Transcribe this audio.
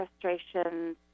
frustrations